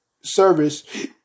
Service